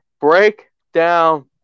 breakdown